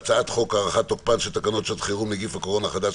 על הצעת חוק להארכת תוקפן של תקנות שעת חירום (נגיף הקורונה החדש,